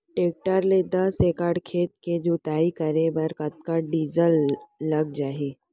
Tractor ले दस एकड़ खेत के जुताई करे बर कतका डीजल लग जाही?